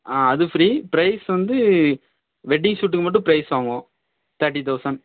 ஆ அது free price வந்து wedding ஷுட்டுக்கு மட்டும் ப்ரைஸு வாங்குவோம் தேர்ட்டி தௌசண்ட்